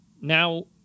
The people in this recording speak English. Now